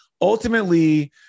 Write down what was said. ultimately